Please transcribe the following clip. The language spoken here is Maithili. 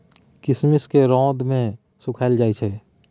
किशमिश केँ रौद मे सुखाएल जाई छै